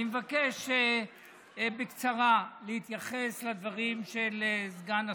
אני מבקש בקצרה להתייחס לדברים של סגן השר.